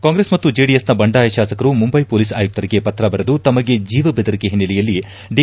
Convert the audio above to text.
ಕಾಂಗ್ರೆಸ್ ಮತ್ತು ಜೆದಿಎಸ್ನ ಬಂಡಾಯ ಶಾಸಕರು ಮುಂಬೈ ಪೊಲೀಸ್ ಆಯುಕ್ತರಿಗೆ ಪತ್ರ ಬರೆದು ತಮಗೆ ಜೀವ ಬೆದರಿಕೆ ಹಿನ್ನೆಲೆಯಲ್ಲಿ ದಿ